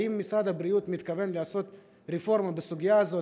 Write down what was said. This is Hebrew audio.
האם משרד הבריאות מתכוון לעשות רפורמה בסוגיה הזאת,